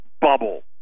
bubble